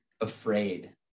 afraid